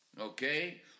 okay